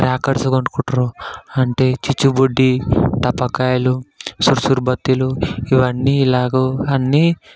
crackers కొనుక్కుంటారు అంటే చిచ్చుబుడ్డీ టాపాకాయలు చురుచురుబత్తిలు ఇవన్నీ ఇలాగ అన్నీ